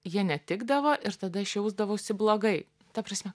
jie netikdavo ir tada aš jausdavausi blogai ta prasme